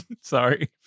Sorry